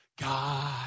God